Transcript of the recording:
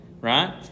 right